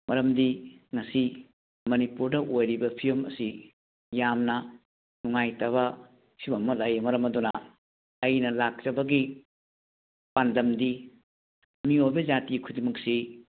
ꯃꯔꯝꯗꯤ ꯉꯁꯤ ꯃꯅꯤꯄꯨꯔꯗ ꯑꯣꯏꯔꯤꯕ ꯐꯤꯕꯝ ꯑꯁꯤ ꯌꯥꯝꯅ ꯅꯨꯡꯉꯥꯏꯇꯕ ꯐꯤꯕꯝ ꯑꯃ ꯂꯩ ꯃꯔꯝ ꯑꯗꯨꯅ ꯑꯩꯅ ꯂꯥꯛꯆꯕꯒꯤ ꯄꯥꯟꯗꯝꯗꯤ ꯃꯤꯑꯣꯏꯕ ꯖꯥꯇꯤ ꯈꯨꯗꯤꯡꯃꯛꯁꯤ